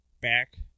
back